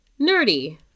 Nerdy